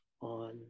on